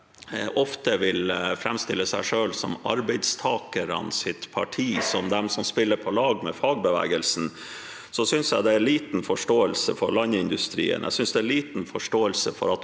ofte vil framstille seg selv som arbeidstakernes parti, og som dem som spiller på lag med fagbevegelsen – synes jeg det er liten forståelse for landindustrien. Jeg synes det er liten forståelse for at